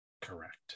Correct